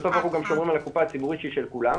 בסוף אנחנו גם שומרים על הקופה הציבורית שהיא של כולם,